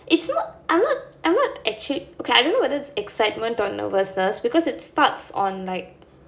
it's not I'm not I'm not actually okay I don't know if it's excitement or nervousness because it sparks on like